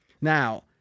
Now